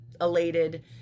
elated